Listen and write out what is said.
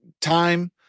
time